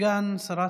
סגן שרת